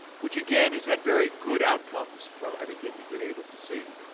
which, again, has had very good outcomes from everything we've been able to see.